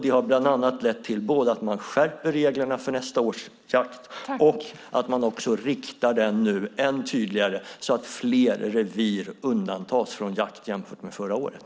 Det har bland annat lett till att man skärper reglerna för nästa års jakt och också riktar den än tydligare så att fler revir undantas från jakt jämfört med förra året.